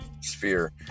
sphere